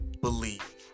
believe